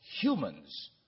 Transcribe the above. humans